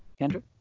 Kendra